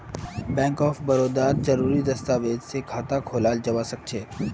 bank of बड़ौदात जरुरी दस्तावेज स खाता खोलाल जबा सखछेक